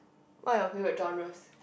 what are your favourite genres